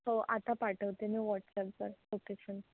हो आता पाठवते ना व्हॉटसअपवर लोकेशन